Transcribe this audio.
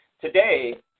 today